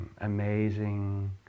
Amazing